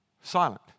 Silent